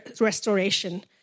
restoration